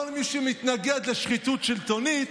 כל מי שמתנגד לשחיתות שלטונית,